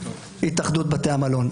התאחדות בתי המלון.